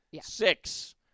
Six